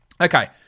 Okay